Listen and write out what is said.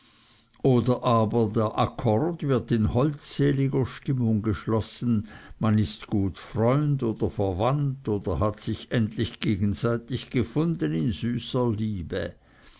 oder aber der akkord wird in holdseliger stimmung geschlossen man ist gut freund oder verwandt oder hat sich endlich gegenseitig gefunden in süßer liebe